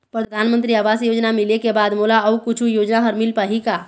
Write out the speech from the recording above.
परधानमंतरी आवास योजना मिले के बाद मोला अऊ कुछू योजना हर मिल पाही का?